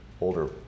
older